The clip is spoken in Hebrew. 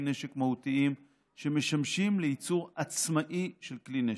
נשק מהותיים שמשמשים לייצור עצמאי של כלי נשק.